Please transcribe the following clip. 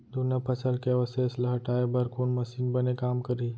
जुन्ना फसल के अवशेष ला हटाए बर कोन मशीन बने काम करही?